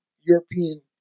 European